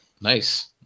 Nice